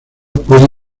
puede